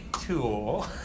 tool